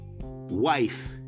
wife